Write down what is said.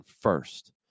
first